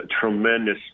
tremendous